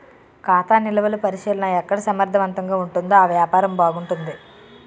ఖాతా నిలువలు పరిశీలన ఎక్కడ సమర్థవంతంగా ఉంటుందో ఆ వ్యాపారం బాగుంటుంది